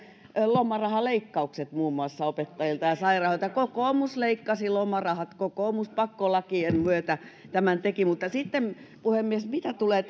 lomarahaleikkaukset muun muassa opettajilta ja sairaanhoitajilta kokoomus leikkasi lomarahat kokoomus pakkolakien myötä tämän teki sitten puhemies mitä tulee